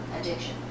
addiction